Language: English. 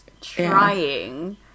trying